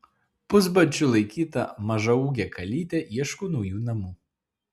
pusbadžiu laikyta mažaūgė kalytė ieško naujų namų